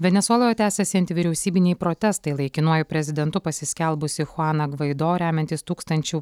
venesueloje tęsiasi antivyriausybiniai protestai laikinuoju prezidentu pasiskelbusį chuaną gvaido remiantys tūkstančių